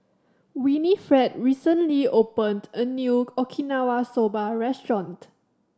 Winifred recently opened a new Okinawa Soba Restaurant